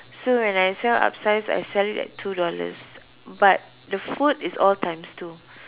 so when I sell upsize I sell it at two dollars but the food is always times two